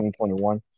2021